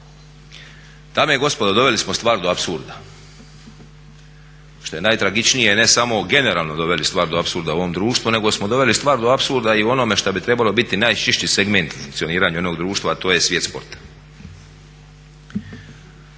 Dame i gospodo doveli smo stvar do apsurda. Što je najtragičnije ne samo generalno doveli stvar do apsurda u ovom društvu nego smo doveli stvar do apsurda i u onome što bi trebalo biti najčišći segment u funkcioniranju jednog društva, a to je svijet sporta.